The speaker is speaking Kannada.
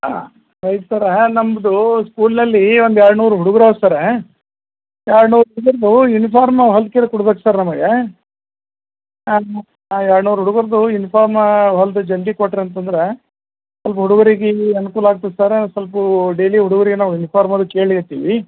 ಹಾಂ ಸರ ನಮ್ಮದು ಸ್ಕೂಲಲ್ಲಿ ಒಂದು ಎರಡು ನೂರು ಹುಡ್ಗರು ಅವೆ ಸರ ಎರಡು ನೂರು ಹುಡ್ಗರ್ದು ಯುನಿಫಾರ್ಮ್ ಹೊಲ್ದು ಕೊಡ್ಬೇಕು ಸರ್ ನಮಗೆ ಹಾಂ ಎರಡ್ನೂರು ಹುಡ್ಗರ್ದು ಯುನಿಫಾರ್ಮ ಹೊಲ್ದು ಜಲ್ದಿ ಕೊಟ್ರಿ ಅಂತಂದ್ರೆ ಸ್ವಲ್ಪ್ ಹುಡ್ಗುರಿಗೆ ಅನುಕೂಲ ಆಗ್ತದೆ ಸರ ಸೊಲ್ಪ ಡೇಲಿ ಹುಡ್ಗರಿಗೆ ನಾವು ಯುನಿಫಾರ್ಮ್ ಅದು ಕೇಳಿ ಇರ್ತೀವಿ